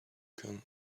can